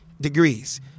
degrees